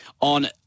on